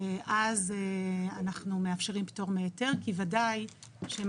אז אנחנו מאפשרים פטור מהיתר כי וודאי יש לי